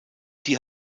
die